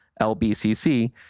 LBCC